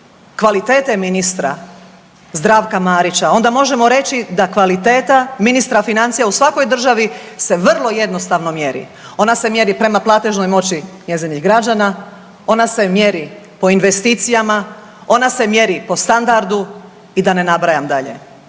kvalitete ministra Zdravka Marića onda možemo reći da kvaliteta ministra financija u svakoj državi se vrlo jednostavno mjeri. Ona se mjeri prema platežnoj moći njezinih građana, ona se mjeri po investicijama, ona se mjeri po standardu i da ne nabrajam dalje.